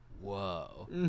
whoa